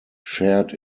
shared